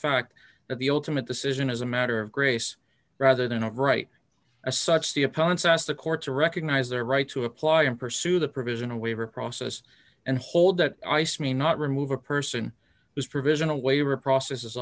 fact that the ultimate decision is a matter of grace rather than a right a such the opponents asked the court to recognize their right to apply and pursue the provision a waiver process and hold that ice me not remove a person whose provision away reprocess is